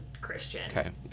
Christian